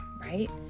right